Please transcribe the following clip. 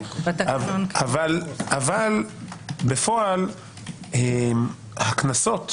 אבל בפועל הקנסות